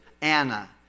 Anna